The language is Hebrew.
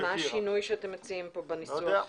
אז מה השינוי שאתם מציעים פה בניסוח?